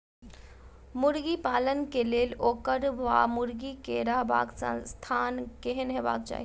मुर्गी पालन केँ लेल ओकर वा मुर्गी केँ रहबाक स्थान केहन हेबाक चाहि?